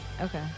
Okay